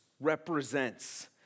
represents